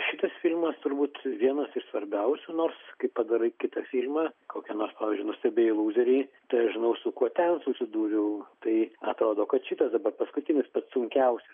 šitas filmas turbūt vienas iš svarbiausių nors kai padarai kitą filmą kokį nors pavyzdžiui nuostabieji lūzeriai tai aš žinau su kuo ten susidūriau tai atrodo kad šitas dabar paskutinis pats sunkiausias